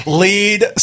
lead